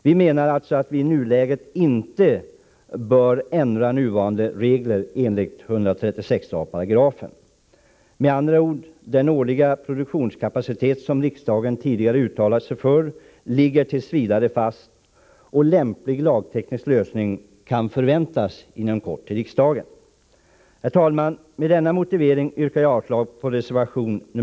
Vi menar att vi i nuläget inte bör ändra nuvarande regler enligt 136 a §. Den årliga produktionskapacitet som riksdagen tidigare har uttalat sig för ligger t. v. fast. Förslag om lämplig lagteknisk lösning kan inom kort förväntas i riksdagen. Med denna motivering yrkar jag avslag på reservation 2.